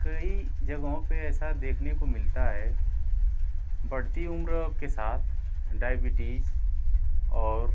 कई जगहों पर ऐसा देखने को मिलता है बढ़ती उम्र के साथ डाइबीटीज़ और